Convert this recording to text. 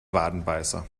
wadenbeißer